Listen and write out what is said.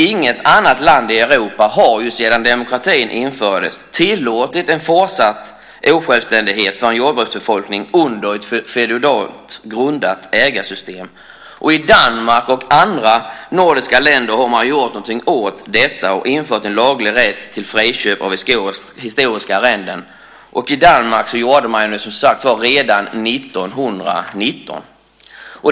Inget annat land i Europa har sedan demokratin infördes tillåtit en fortsatt osjälvständighet för en jordbruksbefolkning under ett feodalt grundat ägarsystem. I Danmark och andra nordiska länder har man gjort något åt detta och infört en laglig rätt till friköp av historiska arrenden. I Danmark gjorde man detta redan 1919.